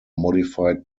modified